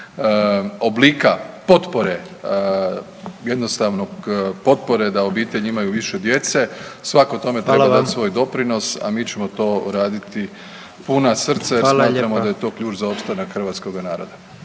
oblika potpore, jednostavno potpore da obitelji imaju više djece, svako tome treba dati svoj doprinos, a mi ćemo to raditi puna srca jer smatramo da je to ključ za opstanak hrvatskoga naroda.